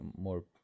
more